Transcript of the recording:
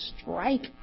strike